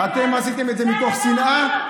אתם עשיתם את זה מתוך שנאה,